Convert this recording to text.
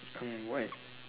hmm why